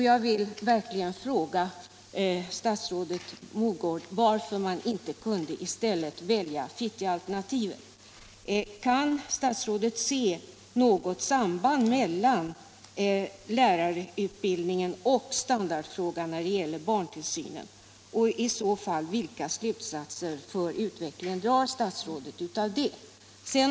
Jag vill verkligen fråga statsrådet Mogård varför man inte kunde välja Fittjaalternativet. Kan statsrådet se något samband mellan lärarutbildningen och standardfrågan när det gäller barntillsyn och, i så fall, vilka slutsatser rörande utvecklingen drar statsrådet av det?